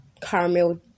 caramel